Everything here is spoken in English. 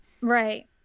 right